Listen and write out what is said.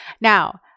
Now